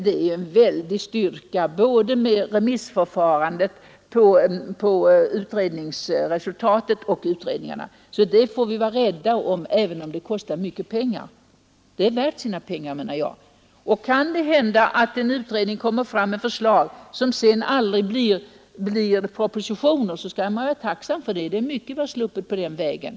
Det är en väldig styrka både med utredningarna och med remissförfarandet på utredningarnas resultat. Det förfarandet får vi vara rädda om, även om det kostar mycket pengar — det är värt sina pengar, menar jag. Om det sedan skulle inträffa att en utredning lägger fram förslag som aldrig blir proposition skall man vara tacksam för det — det är mycket som vi har sluppit den vägen.